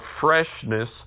freshness